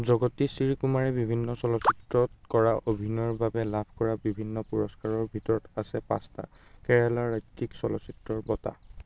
জগতী শ্ৰীকুমাৰে বিভিন্ন চলচ্চিত্ৰত কৰা অভিনয়ৰ বাবে লাভ কৰা বিভিন্ন পুৰস্কাৰৰ ভিতৰত আছে পাঁচটা কেৰালা ৰাজ্যিক চলচ্চিত্ৰৰ বঁটা